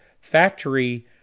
factory